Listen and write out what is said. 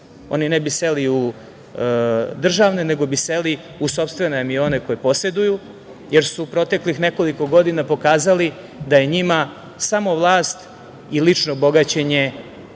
oni ne bi seli u državne, nego bi seli u sopstvene avione koje poseduju, jer su proteklih nekoliko godina pokazali da je njima samo vlast i lično bogaćenje